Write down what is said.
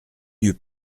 eut